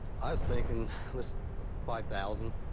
i was thinking just five thousand